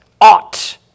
Ought